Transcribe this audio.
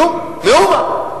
כלום, מאומה.